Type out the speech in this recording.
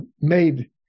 made